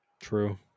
True